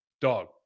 dog